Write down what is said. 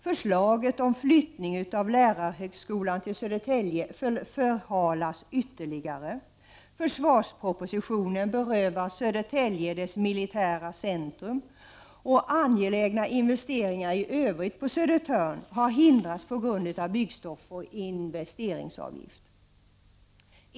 Förslaget om flyttning av lärarhögskolan till Södertälje förhalas ytterligare, försvarspropositionen berövar Södertälje dess militära centrum och angelägna investeringar i övrigt på Södertörn har hindrats på grund av byggstopp och investeringsavgift.